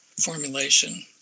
formulation